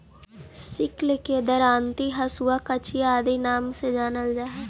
sickle के दरांति, हँसुआ, कचिया आदि नाम से जानल जा हई